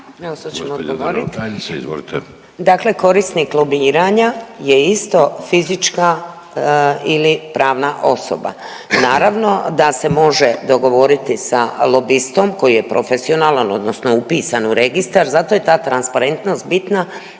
Dakle korisnik lobiranja je isto fizička ili pravna osoba. Naravno da se može dogovoriti sa lobistom koji je profesionalan odnosno upisan u registar zato je ta transparentnost bitna